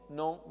non